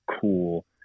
cool